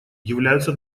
являются